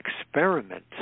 experiment